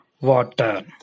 water